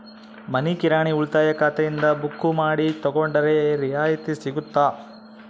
ಮನಿ ಕಿರಾಣಿ ಉಳಿತಾಯ ಖಾತೆಯಿಂದ ಬುಕ್ಕು ಮಾಡಿ ತಗೊಂಡರೆ ರಿಯಾಯಿತಿ ಸಿಗುತ್ತಾ?